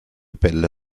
pelle